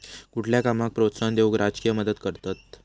कुठल्या कामाक प्रोत्साहन देऊक राजकीय मदत करतत